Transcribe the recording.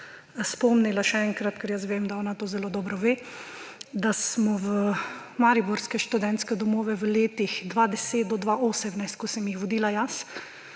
spomnila še enkrat, ker jaz vem, da ona to zelo dobro ve, da smo v mariborske študentske domove v letih 2010 do 2018, ko sem jih vodila jaz,